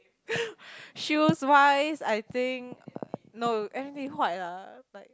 shoes wise I think no everything white ah like